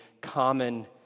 common